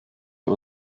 für